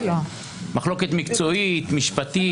מחלוקת מקצועית, משפטית.